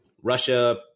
Russia